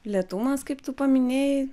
lėtumas kaip tu paminėjai